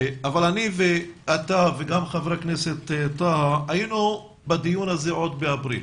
אבל אני ואתה וגם חבר הכנסת טאהא היינו בדיון הזה עוד באפריל,